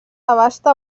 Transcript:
abasta